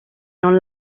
non